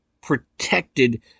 protected